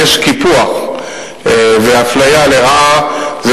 אם יש קיפוח ואפליה לרעה,